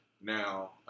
Now